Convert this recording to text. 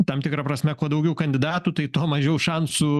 tam tikra prasme kuo daugiau kandidatų tai tuo mažiau šansų